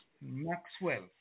Maxwell